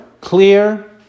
clear